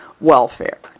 welfare